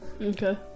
Okay